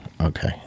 Okay